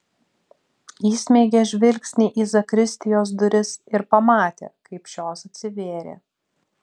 įsmeigė žvilgsnį į zakristijos duris ir pamatė kaip šios atsivėrė